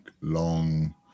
long